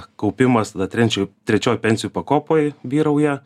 kaupimas tada trenčioj trečioji pensijų pakopoj vyrauja